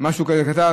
משהו כזה קטן,